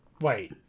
Wait